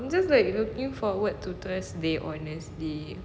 just like looking forward to thursday honestly